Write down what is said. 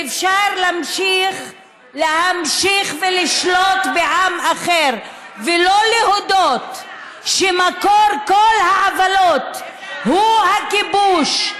שאפשר להמשיך ולשלוט בעם אחר ולא להודות שמקור כל העוולות הוא הכיבוש.